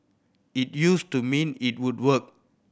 it used to mean it would work